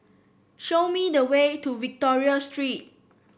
show me the way to Victoria Street